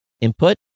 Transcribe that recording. input